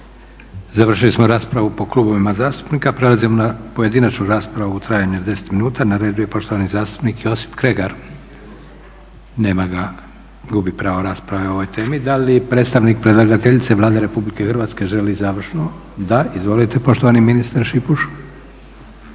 Završili smo raspravu po klubovima zastupnika. Prelazimo na pojedinačnu raspravu u trajanju od 10 minuta. Na redu je poštovani zastupnik Josip Kregar. Nema ga, gubi pravo rasprave o ovoj temi. Da li predstavnik predlagateljice Vlade Republike Hrvatske želi završno? Da. Izvolite poštovani ministre Šipuš.